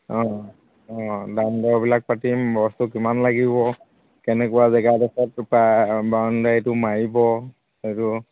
অঁ অঁ দাম দৰবিলাক পাতিম বস্তু কিমান লাগিব কেনেকুৱা জেগাডোখৰত তাৰপৰা বাউণ্ডাৰীটো মাৰিব সেইটো